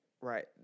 right